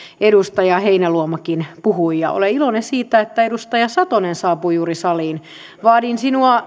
edustaja heinäluomakin puhui olen iloinen siitä että edustaja satonen saapui juuri saliin vaadin